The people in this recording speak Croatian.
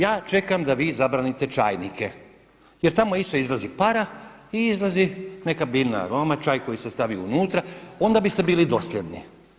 Ja čekam da vi zabranite čajnike jer tamo isto izlazi para i izlazi neka biljna aroma, čaj koji se stavi unutra onda biste bili dosljedni.